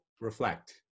reflect